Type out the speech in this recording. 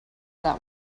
that